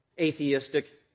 atheistic